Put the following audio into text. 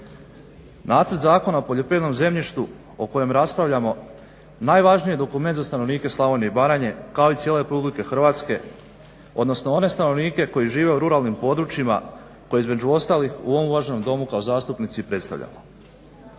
Nacrt Zakona o poljoprivrednom zemljištu o kojem raspravljamo najvažniji je dokument za stanovnike Slavonije i Baranje kao i cijele Republike Hrvatske, odnosno one stanovnike koji žive u ruralnim područjima koji između ostalih u ovom uvaženom Domu kao zastupnici i predstavljamo.